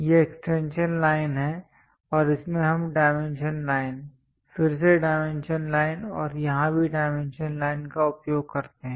ये extension line हैं और इसमें हम डायमेंशन लाइन फिर से डायमेंशन लाइन और यहाँ भी डायमेंशन लाइन का उपयोग करते हैं